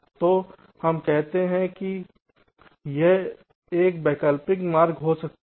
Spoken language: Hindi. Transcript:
तो हम कहते हैं कि यह एक वैकल्पिक मार्ग हो सकता है